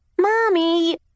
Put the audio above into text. mommy